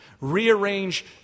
Rearrange